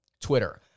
Twitter